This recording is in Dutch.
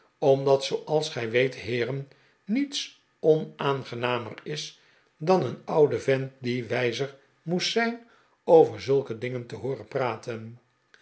omdat zooals gij weet heeren niets onaangenamer is dan een ouden vent die wijzer moest zijn over zulke dingen te hooren praten